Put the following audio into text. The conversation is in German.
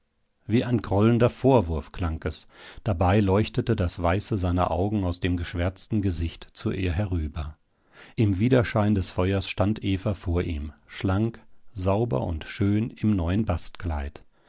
wie ein grollender vorwurf klang es dabei leuchtete das weiße seiner augen aus dem geschwärzten gesicht zu ihr herüber im widerschein des feuers stand eva vor ihm schlank sauber und schön im neuen